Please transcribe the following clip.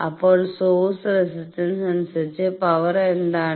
അപ്പോൾ source resistance അനുസരിച്ച് power എന്താണ്